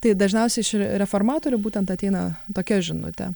tai dažniausiai iš ri reformatorių būtent ateina tokia žinutė